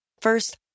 First